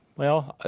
well, ah